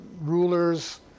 rulers